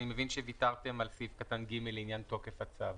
אני מבין שוויתרתם על סעיף קטן (ג) לעניין תוקף הצו,